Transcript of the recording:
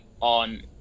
on